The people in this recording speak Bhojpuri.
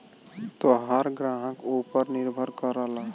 तोहार ग्राहक ऊपर निर्भर करला